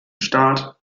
staat